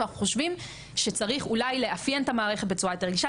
ואנחנו חושבים שצריך אולי לאפיין את המערכת בצורה יותר רגישה.